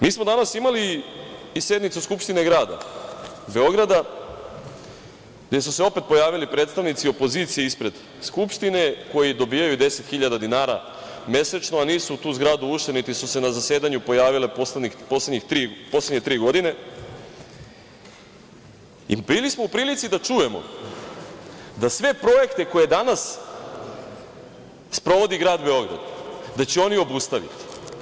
Mi smo danas imali i sednicu Skupštine grada Beograda gde su se opet pojavili predstavnici opozicije ispred Skupštine, koji dobijaju 10.000 dinara mesečno a nisu u tu zgradu ušli, niti su se na zasedanju pojavili poslednje tri godine, i bili smo u prilici da čujemo da sve projekte koje danas sprovodi grad Beograd da će oni obustaviti.